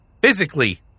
physically